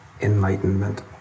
enlightenment